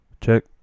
check